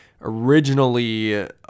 originally